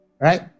right